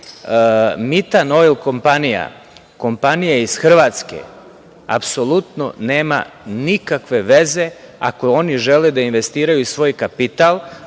„Mitan Oil“ kompanija kompanija iz Hrvatske apsolutno nema nikakve veze ako oni žele da investiraju svoj kapital,